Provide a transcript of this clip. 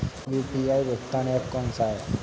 UPI भुगतान app कौन सा है?